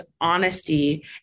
honesty